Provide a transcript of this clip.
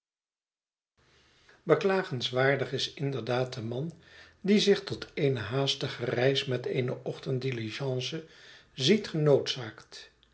beklagenswaardig is inderdaad de man die zich tot eene haastige reis met eene ochtenddiligence ziet